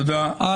תודה רבה.